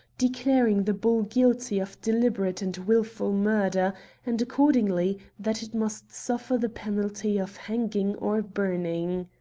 declaring the bull guilty of deliberate and wilful murder and, accord ingly, that it must suffer the penalty of hanging or burning.